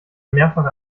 mehrfach